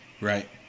right